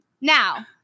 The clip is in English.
now